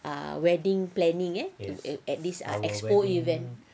ah wedding planning eh at at this expo event